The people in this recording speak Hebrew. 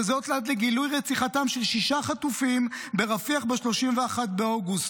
וזאת עד לגילוי רציחתם של שישה חטופים ברפיח" ב-31 באוגוסט.